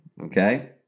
okay